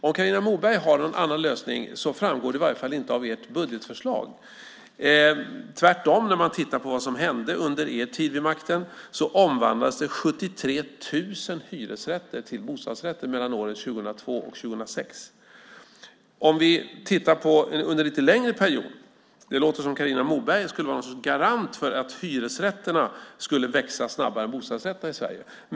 Om Carina Moberg har någon annan lösning framgår det i alla fall inte av ert budgetförslag - tvärtom. När man tittar på vad som hände under er tid vid makten omvandlades 73 000 hyresrätter till bostadsrätter mellan åren 2002 och 2006. Man kan titta på hur det har varit under en lite längre period. Det låter som om Carina Moberg skulle vara någon sorts garant för att antalet hyresrätter skulle öka snabbare än antalet bostadsrätter i Sverige.